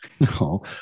No